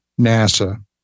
NASA